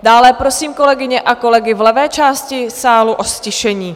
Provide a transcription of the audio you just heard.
Dále prosím kolegyně a kolegy v levé části sálu o ztišení.